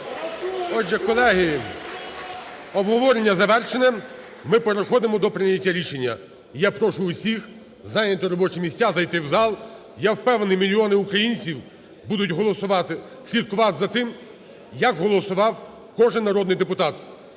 Отже, колеги, обговорення завершено Ми переходимо до прийняття рішення. Я прошу усіх зайняти робочі місця, зайти в зал. Я впевнений, мільйони українців будуть слідкувати за тим, як голосував кожний народний депутат,